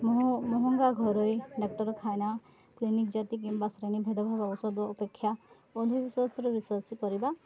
ମହଙ୍ଗା ଘରୋଇ ଡ଼ାକ୍ତରଖାଇାନା କ୍ଲିନିକ୍ ଜାତି କିମ୍ବା ଶ୍ରେଣୀ ଭେଦଭାବ ଔଷଧ ଅପେକ୍ଷା ଅନ୍ଧ ବିଶ୍ୱାସରେ ରସର୍ଚ କରିବା